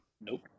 Nope